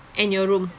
and your room